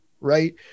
right